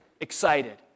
excited